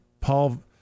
Paul